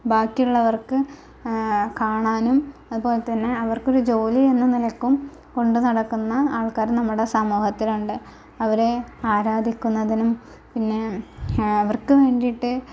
ബാക്കിയുള്ളവർക്ക് കാണാനും അതുപോലെ തന്നെ അവർക്കൊരു ജോലി എന്ന നിലയ്ക്കും കൊണ്ടുനടക്കുന്ന ആൾക്കാരും നമ്മുടെ സമൂഹത്തിലുണ്ട് അവരെ ആരാധിക്കുന്നതിനും പിന്നെ അവർക്ക് വേണ്ടിയിട്ട്